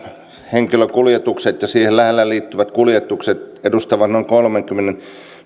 henkilökuljetukset ja niihin läheisesti liittyvät kuljetukset edustavat noin kolmenkymmenen miljardin euron